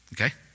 Okay